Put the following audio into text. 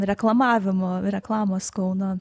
reklamavimo reklamos kauno